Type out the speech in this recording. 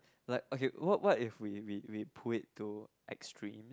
like okay what what if we we we pull it to extremes